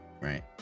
right